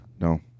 No